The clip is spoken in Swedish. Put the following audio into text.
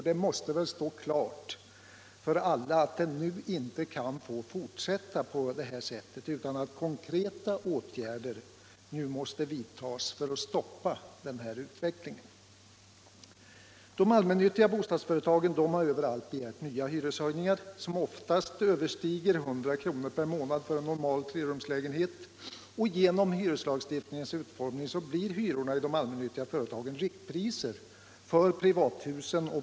Det måste väl stå klart för alla att det inte kan få fortsätta på detta sätt utan att man nu måste vidta konkreta åtgärder för att stoppa denna utveckling! De allmännyttiga bostadsföretagen har överallt begärt nya hyreshöjningar, som oftast överstiger 100 kr. per månad för en normal 3-rumslägenhet. Genom hyreslagstiftningens utformning blir hyrorna i de allmännyttiga företagen riktpriser för privathusen.